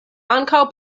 ankaŭ